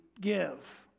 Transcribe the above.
give